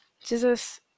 Jesus